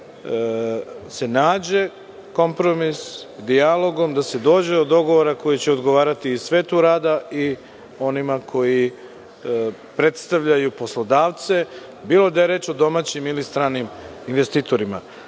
da se nađe kompromis, dijalogom da se dođe do dogovora koji će odgovarati i svetu rada i onima koji predstavljaju poslodavce, bilo da je reč o domaćim ili stranim investitorima. Navešću